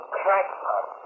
crackpot